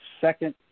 second